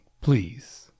please